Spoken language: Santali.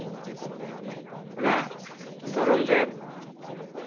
ᱚᱱᱟ ᱫᱷᱚᱨᱚᱢ ᱨᱮ